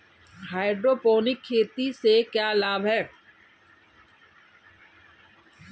Hydroponic खेती से क्या लाभ हैं?